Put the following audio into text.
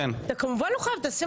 אתה כמובן לא חייב, תעשה מה שאתה רוצה.